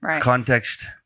Context